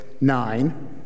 nine